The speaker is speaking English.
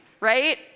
right